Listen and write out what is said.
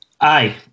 Aye